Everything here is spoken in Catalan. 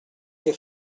què